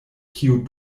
kiu